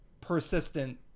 persistent